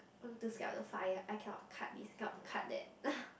i'm too scared of the fire I cannot cut this kind cannot cut that